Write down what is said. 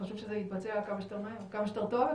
שזה יתבצע כמה שיותר מהר וכמה שיותר טוב.